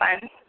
fun